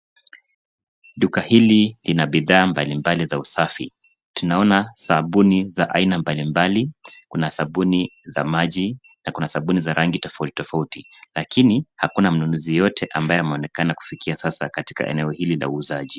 Duka hili ina bidhaa mbalimbali za usafi. Tunaona sabuni za aina mbalimbali. Kuna sabuni za maji na kuna sabuni za rangi tofautitofauti lakini hakuna mnunuzi yoyote ambaye ameonekana kufikia sasa katika eneo hili la uuzaji.